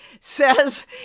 says